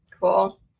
Cool